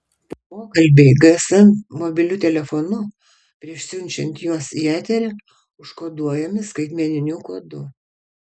pokalbiai gsm mobiliu telefonu prieš siunčiant juos į eterį užkoduojami skaitmeniniu kodu